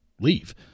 leave